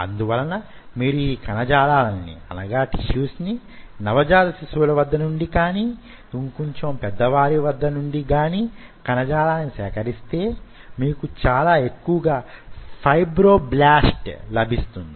అందువలన మీరు ఈ కణజాలాన్ని నవ జాత శిశువుల వద్ద నుండి కానీ ఇంకొంచెం పెద్ద వారి వద్ద నుండి గాని కణజాలాన్ని సేకరిస్తే మీకు చాలా ఎక్కువగా ఫైబ్రోబ్లాస్ట్ లభిస్తుంది